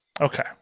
okay